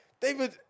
David